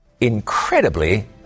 incredibly